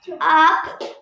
Up